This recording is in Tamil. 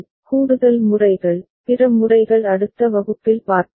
கூடுதல் முறைகள் பிற முறைகள் அடுத்த வகுப்பில் பார்ப்போம்